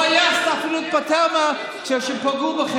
אתם חלק מהממשלה הזאת.